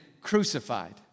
crucified